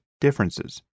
differences